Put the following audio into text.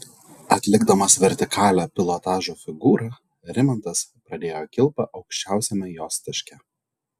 atlikdamas vertikalią pilotažo figūrą rimantas pradėjo kilpą aukščiausiame jos taške